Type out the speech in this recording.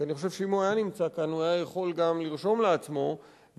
כי אני חושב שאם הוא היה נמצא כאן הוא היה יכול גם לרשום לעצמו ולטפל,